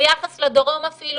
ביחס לדרום אפילו